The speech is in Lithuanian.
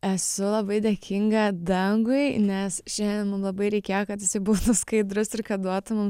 esu labai dėkinga dangui nes šiandien mum labai reikėjo kad jisai būtų skaidrus ir kad duotų mum